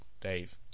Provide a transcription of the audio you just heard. Dave